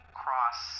cross